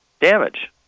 damage